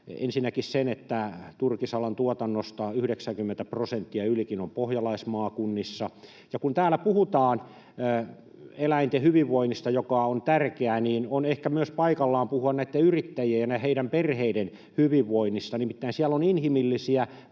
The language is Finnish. ensinnäkin sen, että turkisalan tuotannosta 90 prosenttia, ylikin, on pohjalaismaakunnissa. Ja kun täällä puhutaan eläinten hyvinvoinnista, joka on tärkeää, niin on ehkä paikallaan puhua myös näitten yrittäjien ja heidän perheidensä hyvinvoinnista. Nimittäin siellä on inhimillisiä